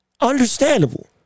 Understandable